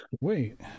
wait